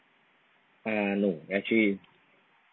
ah no actually